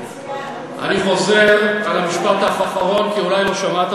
אני חוזר על המשפט האחרון כי אולי לא שמעת